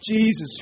Jesus